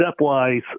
stepwise